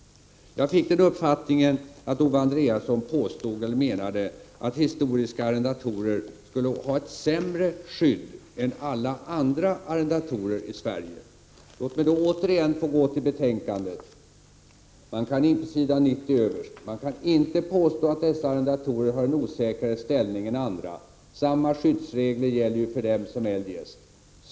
Jag fick uppfattningen att Owe Andréasson menade att historiska arrendatorer skulle ha ett sämre skydd än alla andra arrendatorer i Sverige. Låt " mig med anledning av detta återigen gå till nämnda betänkande, s. 90. Där står: Man kan inte påstå att dessa arrendatorer har en osäkrare ställning än andra. Samma skyddsregler gäller ju för dem som eljest.